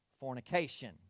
fornication